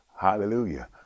hallelujah